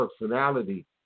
personality